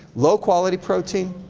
low-quality protein,